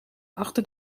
achter